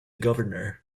governor